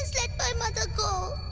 let my mother go.